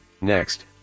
Next